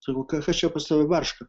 sakau ka kas čia pas tave barška